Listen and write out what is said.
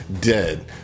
dead